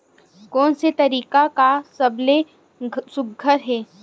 कोन से तरीका का सबले सुघ्घर हे?